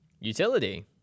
Utility